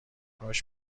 کاش